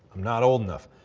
not old enough.